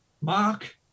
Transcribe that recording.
Mark